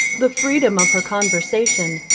the freedom of her conversation,